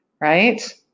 right